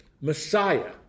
Messiah